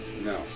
No